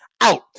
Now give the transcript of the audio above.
out